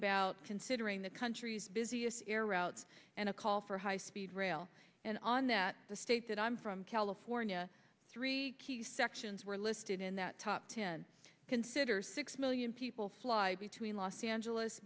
about considering the country's busiest air routes and a call for high speed rail and on that the state that i'm from california three key sections were listed in that top ten consider six million people fly between los angeles